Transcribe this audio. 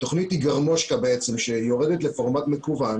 התוכנית היא בעצם גרמושקה שיורדת לפורט מקוון,